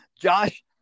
Josh